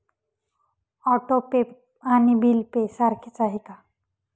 Auto pay आणि bill pay सारखेच आहे का?